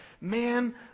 man